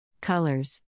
Colors